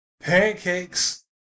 pancakes